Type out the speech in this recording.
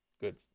Good